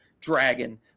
dragon